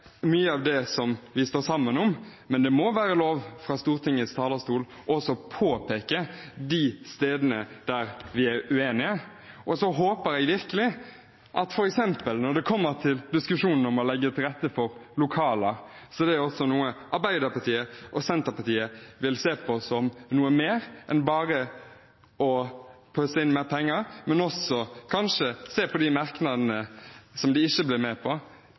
som vi står sammen om, men det må være lov fra Stortingets talerstol å påpeke de stedene der vi er uenige. Jeg håper virkelig, f.eks. når det kommer til diskusjonen om å legge til rette for lokaler, at det er noe Arbeiderpartiet og Senterpartiet vil se på som noe mer enn bare å pøse inn mer penger, at de kanskje også ser på de merknadene som de ikke ble med på